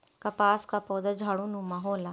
कपास कअ पौधा झाड़ीनुमा होला